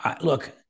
Look